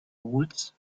woods